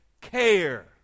care